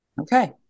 Okay